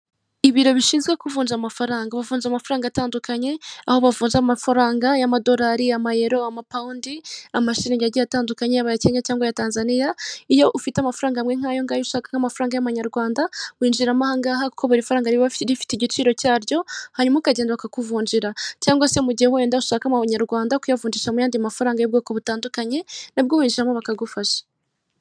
Ku ihaha akadomo ra wa uragezwaho ibyo watumije byose cyangwa ugahamagara kuri zeru karindwi, umunani, umunani, makumyabiri n'icyenda, cumi na kane zeru kabiri.